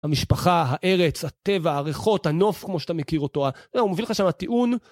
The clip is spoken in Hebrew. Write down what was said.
המשפחה, הארץ, הטבע, הריחות, הנוף, כמו שאתה מכיר אותו. זהו, מביא לך שמה טיעון.